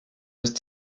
ist